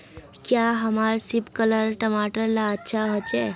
क्याँ हमार सिपकलर टमाटर ला अच्छा होछै?